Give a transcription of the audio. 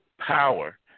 power